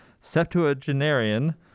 septuagenarian